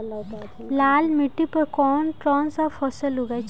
लाल मिट्टी पर कौन कौनसा फसल उगाई?